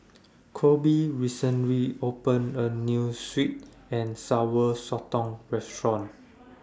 Koby recently opened A New Sweet and Sour Sotong Restaurant